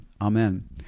amen